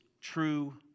true